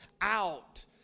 out